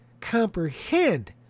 comprehend